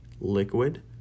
liquid